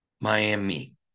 Miami